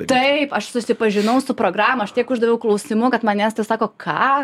taip aš susipažinau su programa aš tiek uždaviau klausimų kad man dėstytojas sako ką